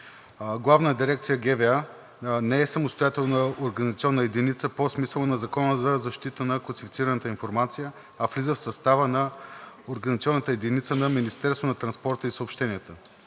администрация“ не е самостоятелна организационна единица по смисъла на Закона за защита на класифицираната информация, а влиза в състава на организационната единица на